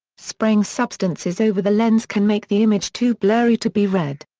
spraying substances over the lens can make the image too blurry to be read.